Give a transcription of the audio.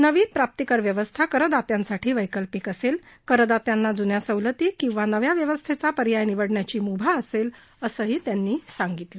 नवी प्राप्तीकर व्यवस्था करदात्यांसाठी वैकल्पिक असेल करदात्यांना जुन्या सवलती किंवा नव्या व्यवस्थेचा पर्याय निवडण्याची मुभा असेल असंही त्यांनी सांगितलं